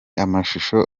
amashusho